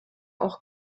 auch